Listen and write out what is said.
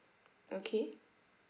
okay